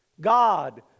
God